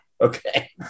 Okay